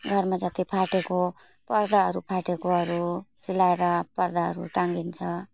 घरमा जति फाटेको पर्दाहरू फाटेकोहरू सिलाएर पर्दाहरू टाँगिन्छ